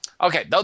okay